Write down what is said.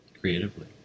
creatively